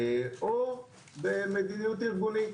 או במדיניות ארגונית.